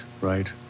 Right